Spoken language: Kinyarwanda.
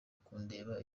kundeba